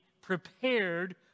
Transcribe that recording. prepared